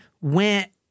went